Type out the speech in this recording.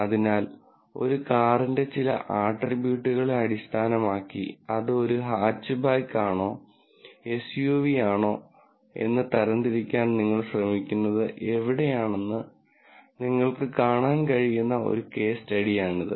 അതിനാൽ ഒരു കാറിന്റെ ചില ആട്രിബ്യൂട്ടുകളെ അടിസ്ഥാനമാക്കി ഇത് ഒരു ഹാച്ച്ബാക്ക് ആണോ എസ്യുവിയാണോ എന്ന് തരംതിരിക്കാൻ നിങ്ങൾ ശ്രമിക്കുന്നത് എവിടെയാണെന്ന് നിങ്ങൾക്ക് കാണാൻ കഴിയുന്ന ഒരു കേസ് സ്റ്റഡിയാണിത്